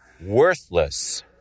worthless